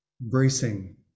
bracing